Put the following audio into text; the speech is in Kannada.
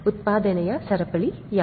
ಉತ್ಪಾದನೆಯ ಸರಪಳಿ ಯಾವುದು